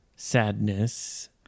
Sadness